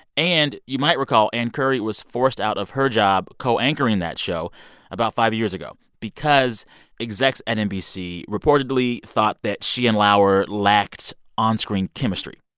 and you might recall ann curry was forced out of her job co-anchoring that show about five years ago because execs at nbc reportedly thought that she and lauer lacked on-screen chemistry.